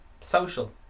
social